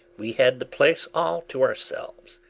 we had the place all to ourselves.